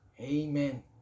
Amen